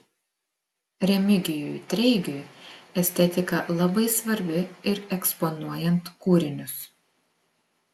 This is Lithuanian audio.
remigijui treigiui estetika labai svarbi ir eksponuojant kūrinius